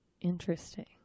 Interesting